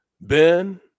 Ben